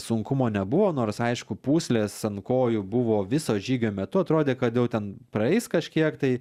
sunkumo nebuvo nors aišku pūslės ant kojų buvo viso žygio metu atrodė kad jau ten praeis kažkiek tai